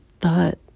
thought